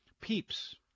peeps